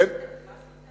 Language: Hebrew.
מה סותר בזה,